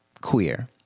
queer